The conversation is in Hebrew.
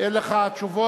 אין לך תשובות,